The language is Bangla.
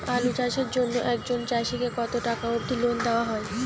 আলু চাষের জন্য একজন চাষীক কতো টাকা অব্দি লোন দেওয়া হয়?